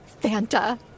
fanta